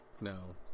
No